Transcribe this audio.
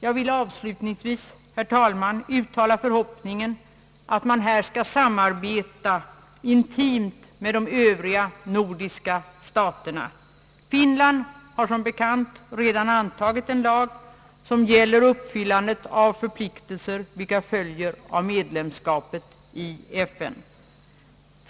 Jag vill avslutningsvis, herr talman, uttala förhoppningen att man här skall samarbeta intimt med de övriga nordiska staterna. Finland har som bekant redan antagit en lag som gäller uppfyllandet av förpliktelser vilka följer av medlemskapet i FN.